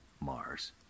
Mars